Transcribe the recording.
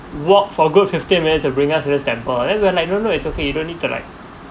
walk for good fifteen minutes to bring us to this temple and then we were like no no it's okay you don't need to like